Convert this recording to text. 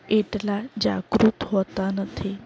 એટલા જાગૃત હોતાં નથી